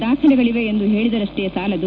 ದಾಖಲೆಗಳವೆ ಎಂದು ಹೇಳಿದರಷ್ಟೇ ಸಾಲದು